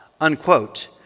unquote